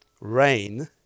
Rain